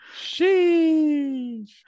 Sheesh